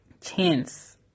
chance